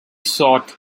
sought